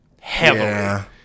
heavily